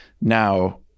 now